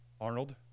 Arnold